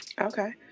Okay